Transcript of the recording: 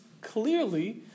clearly